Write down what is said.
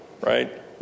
Right